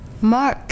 Mark